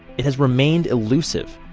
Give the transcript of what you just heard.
it has remained elusive.